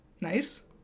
Nice